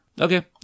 Okay